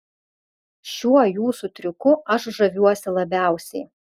šiuo jūsų triuku aš žaviuosi labiausiai